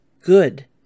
good